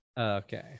Okay